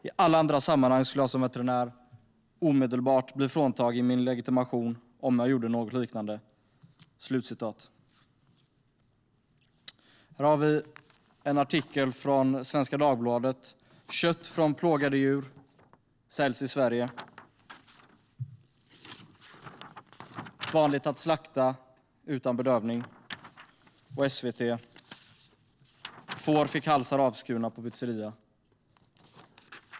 I alla andra sammanhang skulle jag som veterinär omedelbart bli fråntagen min legitimation om jag gjorde något liknande." Här har jag ett par artiklar från Svenska Dagbladet med rubrikerna "Vanligt att slakta utan bedövning" och "Kött från plågade djur säljs i mataffärer". En artikel från SVT har rubriken "Får fick halsar avskurna på pizzeria".